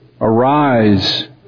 arise